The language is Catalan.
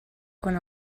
quan